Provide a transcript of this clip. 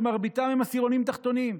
שמרביתם בעשירונים התחתונים,